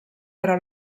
però